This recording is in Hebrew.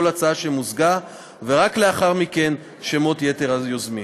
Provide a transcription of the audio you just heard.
הצעה שמוזגה ורק לאחר מכן שמות יתר היוזמים.